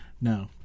No